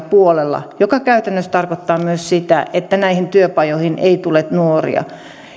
puolella mikä käytännössä tarkoittaa myös sitä että näihin työpajoihin ei tule nuoria